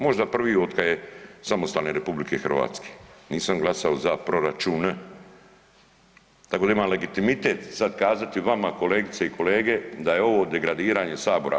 Možda prvi od kada je samostalne Republike Hrvatske nisam glasao za proračun tako da imam legitimitet sada kazati vama kolegice i kolege da je ovo degradiranje Sabora.